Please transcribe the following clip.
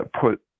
put